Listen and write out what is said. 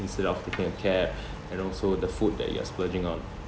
instead of taking a cab and also the food that you are splurging on